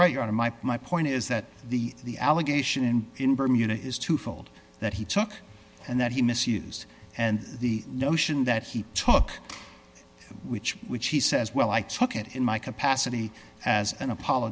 right out of my point is that the the allegation in bermuda is twofold that he took and that he misused and the notion that he took which which he says well i took it in my capacity as an apol